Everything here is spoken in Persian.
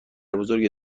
بزرگ